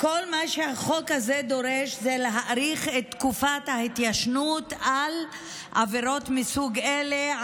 כל מה שהחוק הזה דורש זה להאריך את תקופת ההתיישנות על עבירות מסוג אלה,